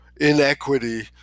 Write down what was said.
inequity